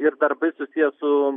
ir darbai susiję su